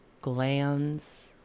glands